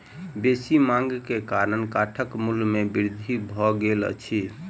बेसी मांग के कारण काठक मूल्य में वृद्धि भ गेल अछि